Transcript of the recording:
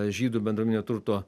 žydų bendruomeninio turto